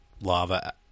lava